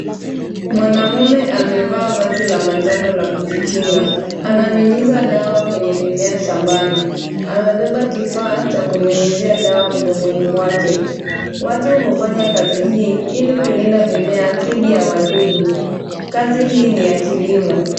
Mwanamme amevaa vazi la manjano la kujikinga. Ananyunyiza dawa kwenye mimea shambani. Amebeba kifaa cha kunyunyizia dawa mgongoni mwake. Watu hufanya kazi hii ili kulinda mimea dhidi ya wadudu. Kazi hii ni ya kilimo.